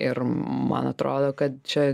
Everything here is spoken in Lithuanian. ir man atrodo kad čia